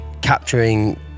capturing